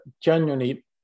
genuinely